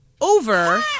Over